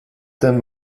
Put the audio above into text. dem